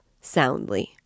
soundly